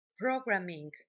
programming